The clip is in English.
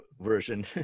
version